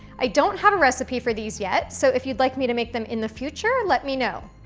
i don't have a recipe for these yet, so, if you'd like me to make them in the future, let me know.